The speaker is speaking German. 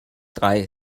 drei